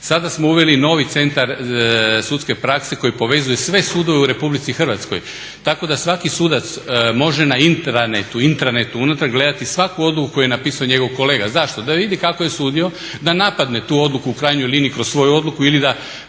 sada smo uveli novi Centar sudske praske koji povezuje sve sudove u RH, tako da svaki sudac može na intranetu unutra gledati svaku odluku koju je napisao njegov kolega. Zašto? da vidi kako je sudio, da napadne tu odluku u krajnjoj liniji kroz svoju odluku ili da